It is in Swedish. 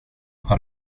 har